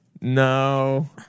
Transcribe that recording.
No